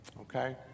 okay